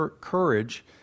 courage